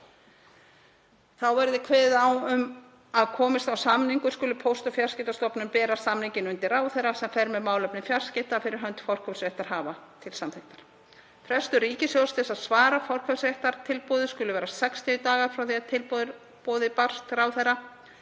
Þá verði kveðið á um að komist á samningur skuli Póst- og fjarskiptastofnun bera samninginn undir ráðherra sem fer með málefni fjarskipta, fyrir hönd forkaupsréttarhafa, til samþykktar. Frestur ríkissjóðs til að svara forkaupsréttartilboði skuli vera 60 dagar frá því að tilboðið barst ráðherra.